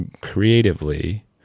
creatively